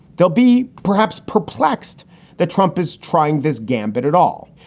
they'll be perhaps perplexed that trump is trying this gambit at all.